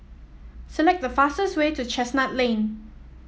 select the fastest way to Chestnut Lane